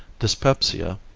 dyspepsia,